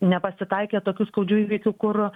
nepasitaikė tokių skaudžių įvykių kur